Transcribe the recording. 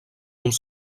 uns